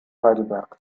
heidelberg